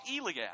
Eliab